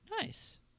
Nice